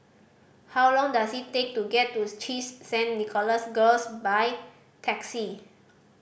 how long does it take to get to CHIJ Saint Nicholas Girls by taxi